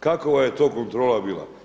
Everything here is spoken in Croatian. Kakova je to kontrola bila?